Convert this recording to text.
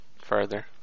further